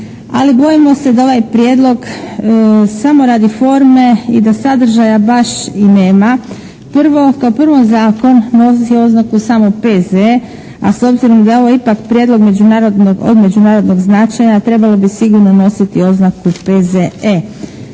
Ali bojimo se da ovaj prijedlog samo radi forme i da sadržaja baš i nema. Prvo, kao prvo zakon nosi oznaku samo P.Z., a s obzirom da je ovo ipak prijedlog od međunarodnog značaja trebalo bi sigurno nositi oznaku P.Z.E.